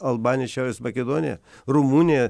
albanija šiaurės makedonija rumunija